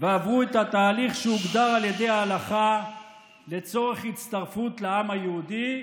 ועברו את התהליך שהוגדר על ידי ההלכה לצורך הצטרפות לעם היהודי,